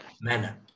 manner